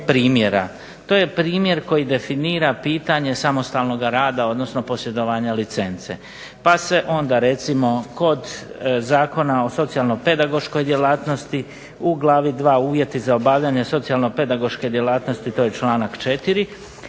To je primjer koji definira pitanje samostalnoga rada, odnosno posjedovanja licence pa se onda recimo kod Zakona o socijalno-pedagoškoj djelatnosti u Glavi II-Uvjeti za obavljanje socijalno-pedagoške djelatnosti, to je članak 4.,